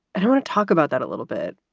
i want to talk about that a little bit.